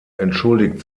entschuldigt